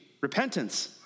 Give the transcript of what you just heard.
repentance